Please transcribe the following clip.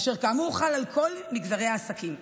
אשר כאמור חל על כל מגזרי העסקים.